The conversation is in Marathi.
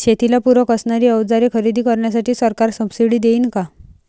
शेतीला पूरक असणारी अवजारे खरेदी करण्यासाठी सरकार सब्सिडी देईन का?